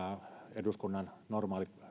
eduskunnan normaalit